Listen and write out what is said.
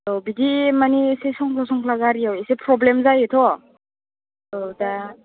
औ बिदि माने एसे संख्ल' संख्ला गारियाव एसे प्रब्लेम जायोथ' औ दा